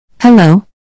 Hello